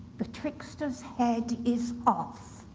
the trickster's head is off.